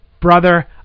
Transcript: brother